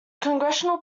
congressional